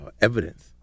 evidence